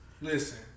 listen